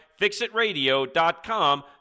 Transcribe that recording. fixitradio.com